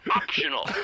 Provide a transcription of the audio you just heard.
optional